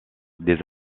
des